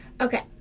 okay